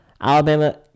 Alabama